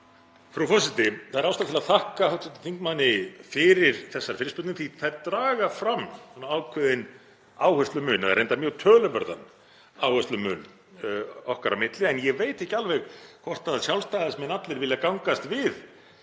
Frú forseti. Það er ástæða til að þakka hv. þingmanni fyrir þessar fyrirspurnir því að þær draga fram ákveðinn áherslumun eða reyndar mjög töluverðan áherslumun okkar á milli. En ég veit ekki alveg hvort Sjálfstæðismenn allir vilja gangast við